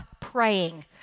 praying